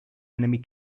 enemy